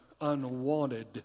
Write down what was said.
unwanted